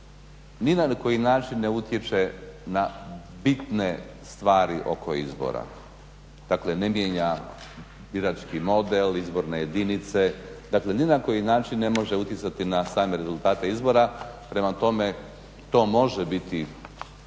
ni na koji način ne utječe na bitne stvari oko izbora. Dakle ne mijenja birački model, izborne jedinice, dakle ni na koji način ne može utjecati na same rezultate izbora. Prema tome, to može biti